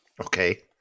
Okay